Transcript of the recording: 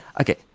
okay